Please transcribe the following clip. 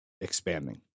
expanding